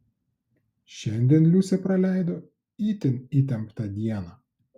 šiandien liusė praleido itin įtemptą dieną